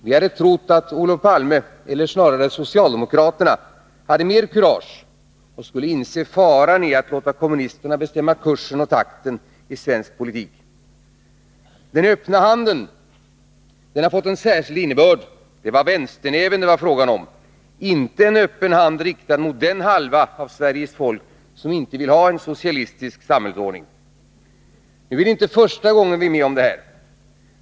Vi hade 29 trott att Olof Palme, eller snarare socialdemokraterna, hade mer kurage och skulle inse faran i att låta kommunisterna bestämma kursen och takten i svensk politik. Den öppna handen har fått en särskild innebörd — det var vänsternäven det var fråga om, inte en öppen hand riktad mot den halva av Sveriges folk som inte vill ha en socialistisk samhällsordning. Men det är inte första gången vi är med om detta.